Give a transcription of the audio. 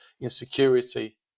insecurity